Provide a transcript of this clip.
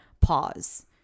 pause